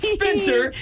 Spencer